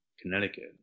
Connecticut